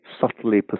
subtly